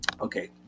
Okay